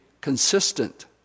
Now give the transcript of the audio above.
consistent